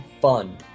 fun